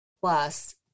plus